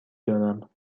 دارم